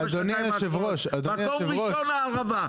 מקום ראשון הערבה.